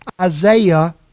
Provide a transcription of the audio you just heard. Isaiah